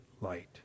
light